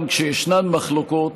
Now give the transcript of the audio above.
גם כשישנן מחלוקות